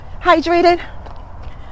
hydrated